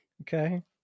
okay